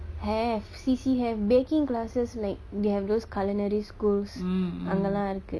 have C_C have baking classes like they have those culinary schools அங்கலா இருக்கு:angkala irukku